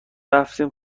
رفتیم